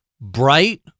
bright